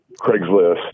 Craigslist